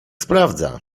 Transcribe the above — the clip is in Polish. sprawdza